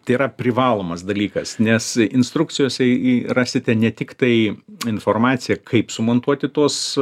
tai yra privalomas dalykas nes instrukcijose į rasite ne tiktai informaciją kaip sumontuoti tuos